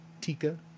Tika